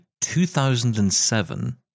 2007